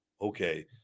okay